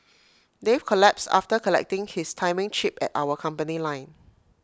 Dave collapsed after collecting his timing chip at our company line